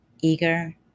eager